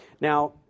Now